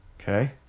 Okay